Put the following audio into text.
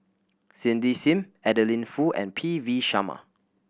Cindy Sim Adeline Foo and P V Sharma